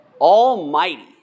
almighty